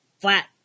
flat